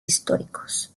históricos